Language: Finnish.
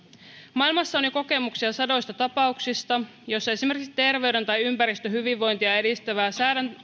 maailmassa on jo kokemuksia sadoista tapauksista joissa esimerkiksi terveyden tai ympäristön hyvinvointia edistävä